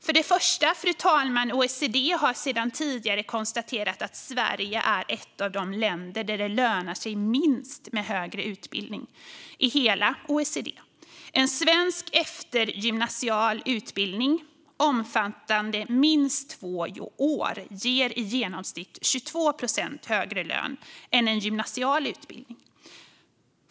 För det första, fru talman, har OECD tidigare konstaterat att Sverige är ett av de länder där det lönar sig minst med högre utbildning i hela OECD. En svensk eftergymnasial utbildning omfattande minst två år ger i genomsnitt 22 procent högre lön än en gymnasial utbildning.